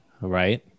Right